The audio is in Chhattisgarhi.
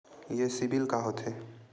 ये सीबिल का होथे?